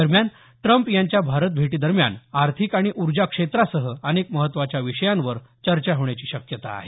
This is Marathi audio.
दरम्यान ट्रम्प यांच्या भारतभेटीदरम्यान आर्थिक आणि ऊर्जा क्षेत्रासह अनेक महत्त्वाच्या विषयांवर चर्चा होण्याची शक्यता आहे